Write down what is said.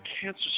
cancer